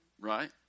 Right